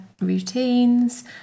routines